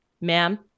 Ma'am